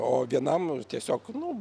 o vienam tiesiog nu